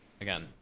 again